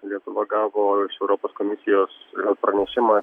lietuva gavo iš europos komisijos pranešimą